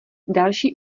další